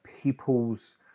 people's